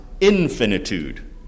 infinitude